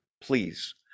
please